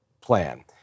plan